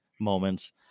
moments